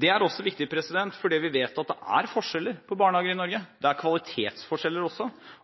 Det er også kvalitetsforskjeller,